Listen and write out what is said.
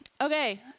okay